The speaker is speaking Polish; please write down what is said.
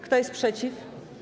Kto jest przeciw?